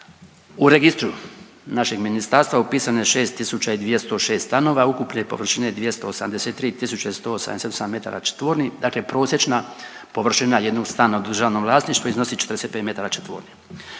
u registru našeg ministarstva upisano je 6206 stanova ukupne površine 283 tisuće 187 metara četvornih. Dakle, prosječna površina jednog stana u državnom vlasništvu iznosi 45 metara četvornih.